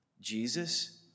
Jesus